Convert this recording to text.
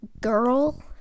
girl